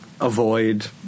avoid